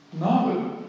No